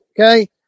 okay